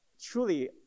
truly